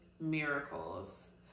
miracles